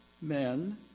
men